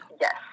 Yes